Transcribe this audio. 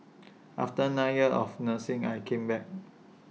after nine years of nursing I came back